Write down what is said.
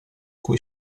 cui